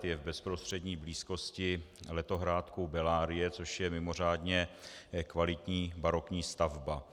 Je v bezprostřední blízkosti letohrádku Bellarie, což je mimořádně kvalitní barokní stavba.